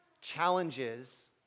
challenges